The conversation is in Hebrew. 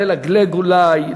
ללגלג אולי,